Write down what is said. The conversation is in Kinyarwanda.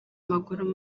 maguru